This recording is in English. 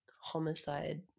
homicide